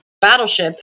battleship